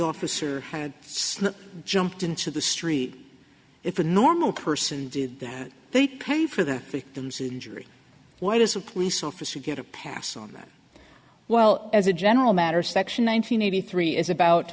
officer had jumped into the street if a normal person did that they pay for the victim's injury why does a police officer get a pass on that well as a general matter section one nine hundred eighty three is about